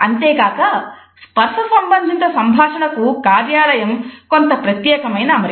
అంతేకాక స్పర్స సంబంధిత సంభాషణకు కార్యాలయం కొంత ప్రత్యేకమైన అమరిక